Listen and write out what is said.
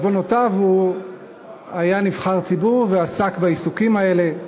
בעוונותיו הוא היה נבחר ציבור ועסק בעיסוקים האלה.